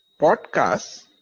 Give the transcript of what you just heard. podcasts